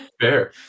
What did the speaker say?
Fair